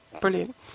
brilliant